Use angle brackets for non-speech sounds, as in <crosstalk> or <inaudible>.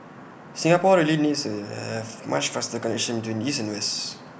Singapore really needs to have A <hesitation> much faster connection to east and west